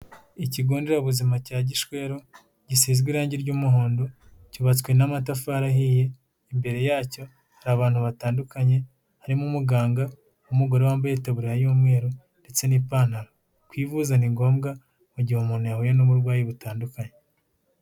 Ikigo nderabuzima cya Gishwero, gisize irangi ry'umuhondo cyubatswe n'amatafari ahiye imbere yacyo hari abantu batandukanye harimo umuganga n'umugore wambaye itaburiye y'umweru ndetse n'ipantaro. Kwivuza ni ngombwa mu gihe umuntu yahuye n'uburwayi butandukanye.